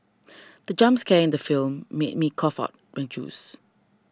the jump scare in the film made me cough out my juice